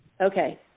Okay